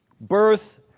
Birth